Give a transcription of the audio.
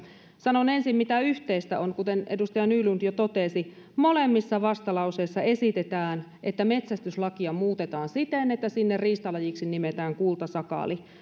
sanon ensin mitä yhteistä niissä on kuten edustaja nylund jo totesi molemmissa vastalauseissa esitetään että metsästyslakia muutetaan siten että sinne riistalajiksi nimetään kultasakaali